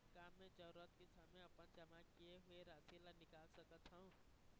का मैं जरूरत के समय अपन जमा किए हुए राशि ला निकाल सकत हव?